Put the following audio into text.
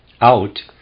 out